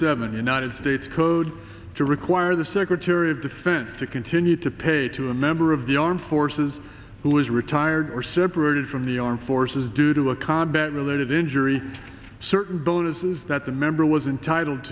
seven united states code to require the secretary of defense to continue to pay to a member of the armed forces who is retired were separated from the armed forces due to a combat related injury certain bonuses that the member was entitled